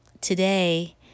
today